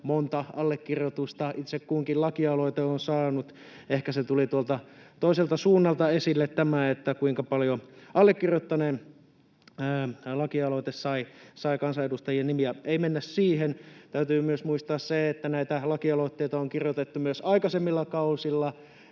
monta allekirjoitusta itse kunkin lakialoite on saanut. Ehkä se tuli tuolta toiselta suunnalta esille, kuinka paljon allekirjoittaneen lakialoite sai kansanedustajien nimiä. Ei mennä siihen. Täytyy myös muistaa se, että näitä laki-aloitteita on kirjoitettu myös aikaisemmilla kausilla.